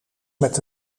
met